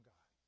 God